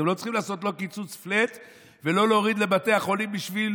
אתם לא צריכים לעשות לא קיצוץ פלאט ולא להוריד לבתי החולים בשביל